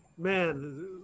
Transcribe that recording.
Man